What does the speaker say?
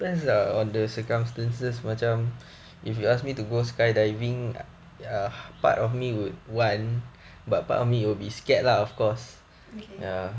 okay